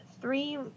three